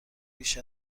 بیش